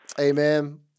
amen